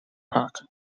park